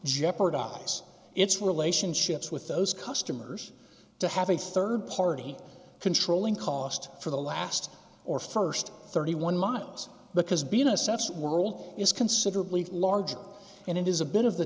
jeopardize its relationships with those customers to have a rd party controlling cost for the last or st thirty one months but has been assessed world is considerably larger and it is a bit of the